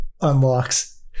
unlocks